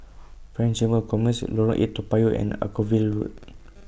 French Chamber of Commerce Lorong eight Toa Payoh and Anchorvale Road